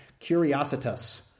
curiositas